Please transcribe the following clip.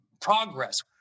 progress